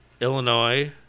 Illinois